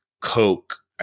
Coke